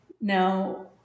Now